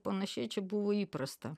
panašiai čia buvo įprasta